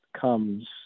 comes